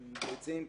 ביצים,